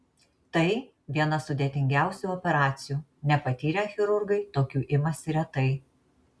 tai viena sudėtingiausių operacijų nepatyrę chirurgai tokių imasi retai